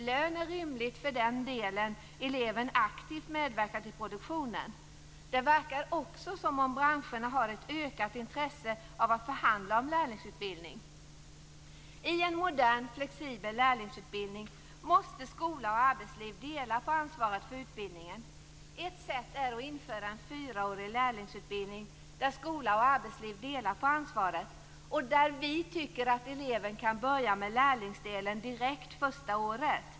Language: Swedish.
Lön är rimligt för den del eleven aktivt medverkar till produktionen. Det verkar också som branscherna har ett ökande intresse av att förhandla om lärlingsutbildning. I en modern, flexibel lärlingsutbildning måste skola och arbetsliv dela på ansvaret för utbildningen. Ett sätt är att införa en fyraårig lärlingsutbildning där skola och arbetsliv delar på ansvaret och där eleven kan börja med lärlingsdelen direkt från första året.